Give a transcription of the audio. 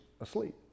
asleep